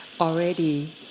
already